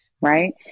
right